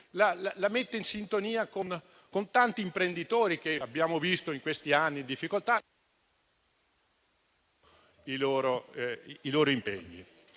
la mette in sintonia con tanti imprenditori che abbiamo visto in questi anni in difficoltà...